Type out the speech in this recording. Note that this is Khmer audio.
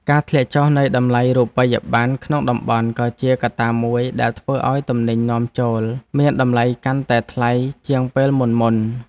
ការធ្លាក់ចុះនៃតម្លៃរូបិយបណ្ណក្នុងតំបន់ក៏ជាកត្តាមួយដែលធ្វើឱ្យទំនិញនាំចូលមានតម្លៃកាន់តែថ្លៃជាងពេលមុនៗ។